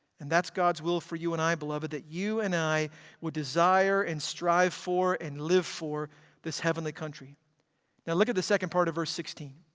and that's god's will for you and i beloved. that you and i would desire and strive for and live for this heavenly heavenly country. now look at the second part of verse sixteen.